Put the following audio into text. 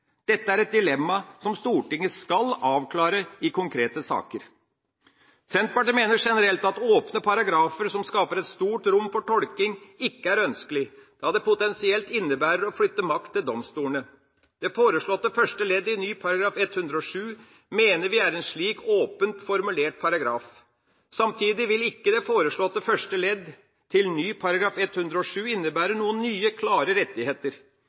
Dette er et dilemma som Stortinget skal avklare i konkrete saker. Senterpartiet mener generelt at åpne paragrafer som skaper et stort rom for tolkning, ikke er ønskelig, da det potensielt innebærer å flytte makt til domstolene. Det foreslåtte første leddet i ny § 107 mener vi er en slik åpent formulert paragraf. Samtidig vil ikke det foreslåtte første ledd til ny § 107 innebære noen nye klare rettigheter.